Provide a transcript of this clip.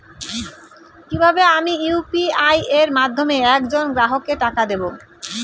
কিভাবে আমি ইউ.পি.আই এর মাধ্যমে এক জন গ্রাহককে টাকা দেবো?